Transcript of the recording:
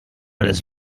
des